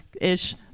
ish